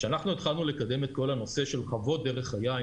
כשאנחנו התחלנו לקדם את כל הנושא של חוות דרך היין,